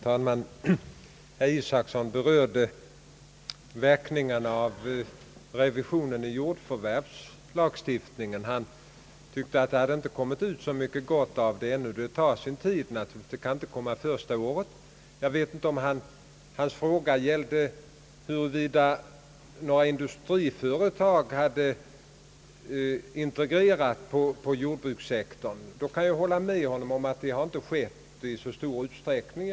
Herr talman! Herr Isacson berörde verkningarna av revisionen av jordförvärvslagstiftningen. Han tyckte att det inte hade kommit ut så mycket gott av den ännu. Nå, det tar naturligtvis sin tid och kan inte komma första året. Om herr Isacson talade om industriföretag som integrerat på jordbrukssektorn, kan jag hålla med honom om att det inte har skett i så stor utsträckning.